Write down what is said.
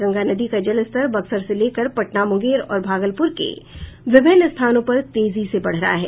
गंगा नदी का जलस्तर बक्सर से लेकर पटना मुंगेर और भागलपुर के विभिन्न स्थानों पर तेजी से बढ़ रहा है